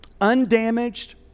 Undamaged